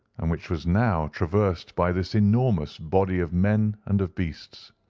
and which was now traversed by this enormous body of men and of beasts.